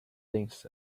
things